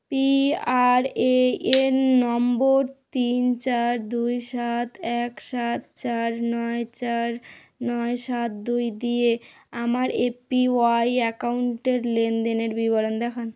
PRAN নম্বর তিন চার দুই সাত এক সাত চার নয় চার নয় সাত দুই দিয়ে আমার এপিওয়াই অ্যাকাউন্টের লেনদেনের বিবরণ দেখান